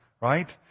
right